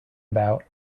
about